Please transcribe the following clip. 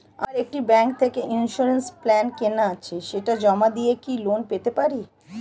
আমার একটি ব্যাংক থেকে ইন্সুরেন্স প্ল্যান কেনা আছে সেটা জমা দিয়ে কি লোন পেতে পারি?